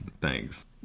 Thanks